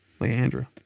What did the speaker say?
Leandra